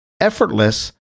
Effortless